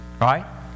Right